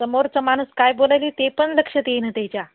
समोरचा माणूस काय बोलायली ते पण लक्षात येईना त्याच्या